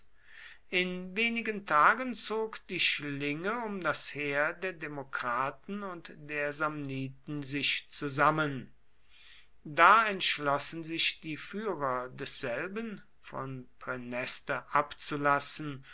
in wenigen tagen zog die schlinge um das heer der demokraten und der samniten sich zusammen da entschlossen sich die führer desselben von praeneste abzulassen